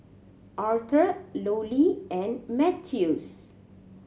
Arthor Lollie and Mathews